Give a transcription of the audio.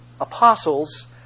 apostles